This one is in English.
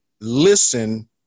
listen